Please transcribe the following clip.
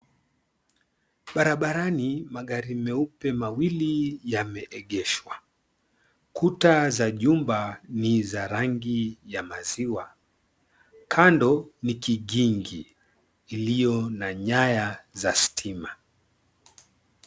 Barabarani magari meupe mawili yameegeshwa. Kuta za jumba ni za rangi ya maziwa. Kando ni kigingi iliyo na nyaya za stima.